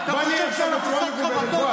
בועז, בוא נהיה עכשיו בצורה מכובדת.